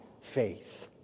faith